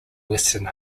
western